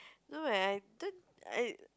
no when I don't I